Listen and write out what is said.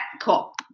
cool